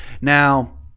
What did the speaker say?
Now